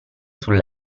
sul